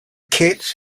kit